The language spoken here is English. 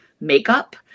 makeup